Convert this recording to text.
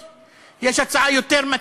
יש הצעה יותר חברתית מזאת?